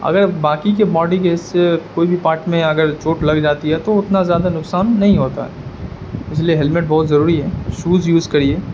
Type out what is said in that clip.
اگر باقی کے باڈی کے حصے کوئی بھی پارٹ میں اگر چوٹ لگ جاتی ہے تو اتنا زیادہ نقصان نہیں ہوتا ہے اس لیے ہیلمیٹ بہت ضروری ہے شوز یوز کریے